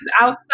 outside